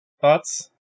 Thoughts